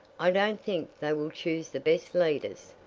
i don't think they will choose the best leaders,